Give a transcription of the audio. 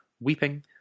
weeping